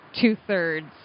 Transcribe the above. two-thirds